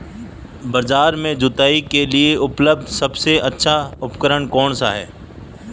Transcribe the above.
बाजार में जुताई के लिए उपलब्ध सबसे अच्छा उपकरण कौन सा है?